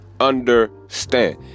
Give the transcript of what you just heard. understand